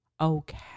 okay